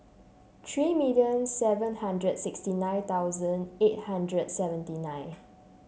three million seven hundred sixty nine thousand eight hundred seventy nine